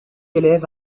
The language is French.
élève